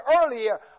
earlier